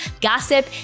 gossip